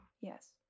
Yes